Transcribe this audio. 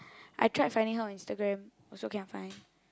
I tried finding her on Instagram also cannot find